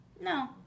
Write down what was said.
No